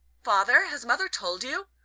father has mother told you?